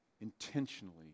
intentionally